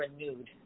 renewed